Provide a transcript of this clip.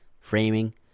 framing